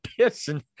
pissing